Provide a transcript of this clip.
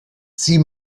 sie